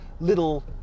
little